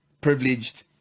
privileged